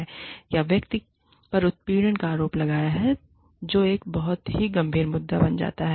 या व्यक्ति पर उत्पीड़न का आरोप लगाया गया है जो एक बहुत ही गंभीर मुद्दा बन जाता है